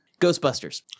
Ghostbusters